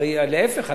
הרי להיפך,